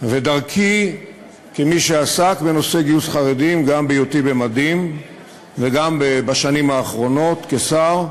וכמי שעסק בנושא גיוס חרדים גם בהיותי במדים וגם בשנים האחרונות כשר,